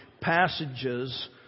passages